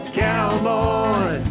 cowboy